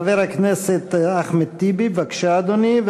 חבר הכנסת אחמד טיבי, בבקשה, אדוני.